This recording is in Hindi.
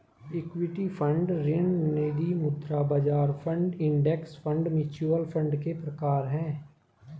इक्विटी फंड ऋण निधिमुद्रा बाजार fund index fund mutual fund के प्रकार हैं